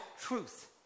truth